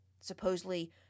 supposedly